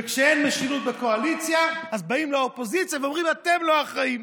וכשאין משילות בקואליציה אז באים לאופוזיציה ואומרים: אתם לא אחראים.